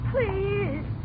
Please